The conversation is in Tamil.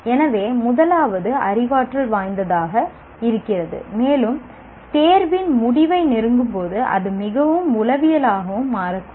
எனவே முதலாவது அறிவாற்றல் வாய்ந்ததாக இருக்கிறது மேலும் தேர்வின் முடிவை நெருங்கும்போது அது மிகவும் உளவியலாகவும் மாறக்கூடும்